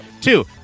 Two